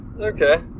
okay